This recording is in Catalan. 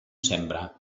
sembra